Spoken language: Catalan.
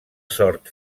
sort